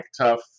tough